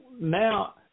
now